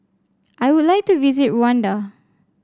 I would like to visit Rwanda